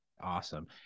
Awesome